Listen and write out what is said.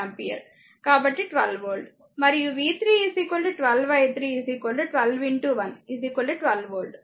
మరియు v 3 12 i 3 12 1 12 volt